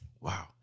wow